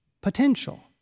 potential